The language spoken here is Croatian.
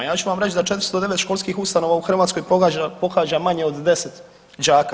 Ja ću vam reći da u 409 školskih ustanova u Hrvatskoj pohađa manje od 10 đaka.